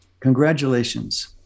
congratulations